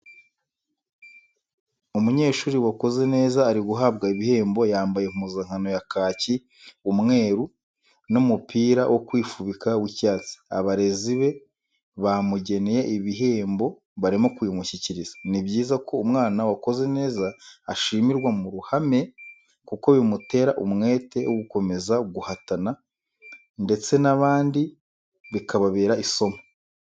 Umunyeshuri wakoze neza ari guhabwa ibihembo yambaye impuzankano ya kaki, umweru n'umupira wo kwifubika w'icyatsi, abarezi be bamugeneye ibihembo barimo kubimushyikiriza, ni byiza ko umwana wakoze neza ashimirwa mu ruhame kuko bimutera umwete wo gukomeza guhatana ndetse n'abandi bikababera isomo.